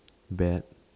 bad